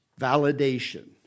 validation